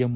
M